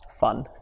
Fun